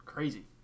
Crazy